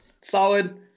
solid